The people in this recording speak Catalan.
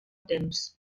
temps